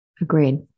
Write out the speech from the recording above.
agreed